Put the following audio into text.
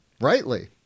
Rightly